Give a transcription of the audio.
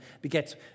begets